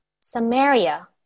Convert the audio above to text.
Samaria